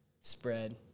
spread